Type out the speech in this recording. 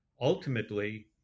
ultimately